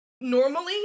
normally